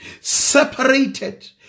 Separated